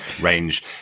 range